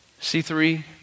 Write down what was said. C3